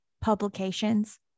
publications